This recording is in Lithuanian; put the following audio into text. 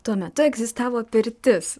tuo metu egzistavo pirtis